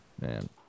man